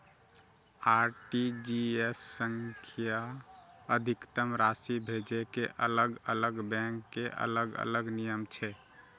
RTGS सं अधिकतम राशि भेजै के अलग अलग बैंक के अलग अलग नियम छै